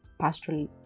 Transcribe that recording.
pastoral